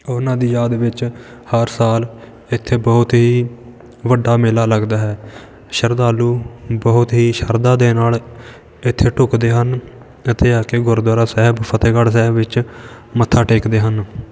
ਉਹਨਾਂ ਦੀ ਯਾਦ ਵਿੱਚ ਹਰ ਸਾਲ ਇੱਥੇ ਬਹੁਤ ਹੀ ਵੱਡਾ ਮੇਲਾ ਲੱਗਦਾ ਹੈ ਸ਼ਰਧਾਲੂ ਬਹੁਤ ਹੀ ਸ਼ਰਧਾ ਦੇ ਨਾਲ ਇੱਥੇ ਢੁਕਦੇ ਹਨ ਅਤੇ ਆ ਕੇ ਗੁਰਦੁਆਰਾ ਸਾਹਿਬ ਫਤਿਹਗੜ੍ਹ ਸਾਹਿਬ ਵਿੱਚ ਮੱਥਾ ਟੇਕਦੇ ਹਨ